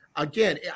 Again